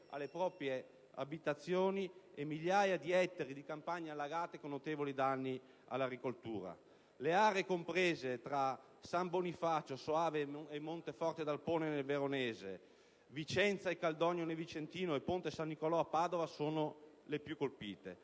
alle proprie abitazioni e migliaia di ettari di campagne allagati, con notevoli danni all'agricoltura. Le aree comprese tra San Bonifacio, Soave e Monteforte d'Alpone nel veronese, Vicenza e Caldogno nel vicentino e Ponte San Nicolò a Padova sono le più colpite.